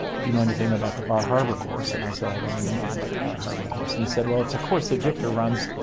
you know anything about the bar harbor course. and, i said i didn't know anything about the bar harbor course. and he said, it's a course that victor runs.